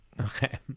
Okay